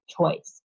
choice